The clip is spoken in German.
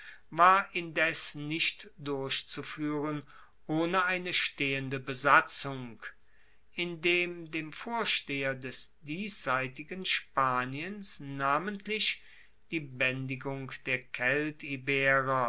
war indes nicht durchzufuehren ohne eine stehende besatzung indem dem vorsteher des diesseitigen spaniens namentlich die baendigung der